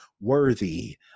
worthy